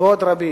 ועוד רבים.